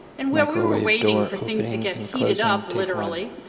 and while we were waiting for things to get heated up, literally.